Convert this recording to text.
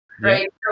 right